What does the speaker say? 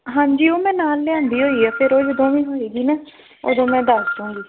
ਹਾਂਜੀ ਉਹ ਮੈਂ ਨਾਲ ਲਿਆਂਦੀ ਹੋਈ ਆ ਫਿਰ ਉਹ ਜਦੋਂ ਵੀ ਹੋਏਗੀ ਨਾ ਉਦੋਂ ਮੈਂ ਦੱਸ ਦੂਗੀ